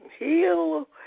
Heal